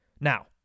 Now